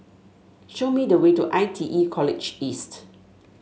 show me the way to I T E College East